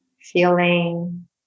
Feeling